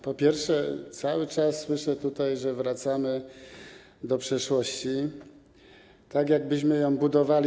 Po pierwsze, cały czas słyszę tutaj, że wracamy do przeszłości, tak jakbyśmy ją tutaj budowali.